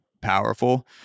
powerful